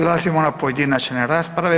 Prelazimo na pojedinačne rasprave.